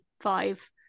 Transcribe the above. five